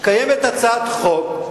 קיימת הצעת חוק,